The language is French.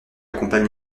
accompagne